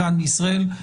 כאן בישראל.